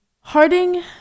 Harding